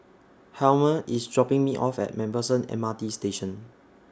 Hjalmer IS dropping Me off At MacPherson M R T Station